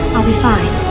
i'll be fine.